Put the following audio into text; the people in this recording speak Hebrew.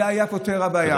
זה היה פותר את הבעיה.